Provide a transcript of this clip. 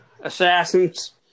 assassins